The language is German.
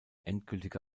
endgültige